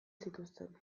zituzten